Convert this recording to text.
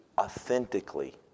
authentically